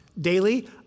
daily